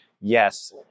yes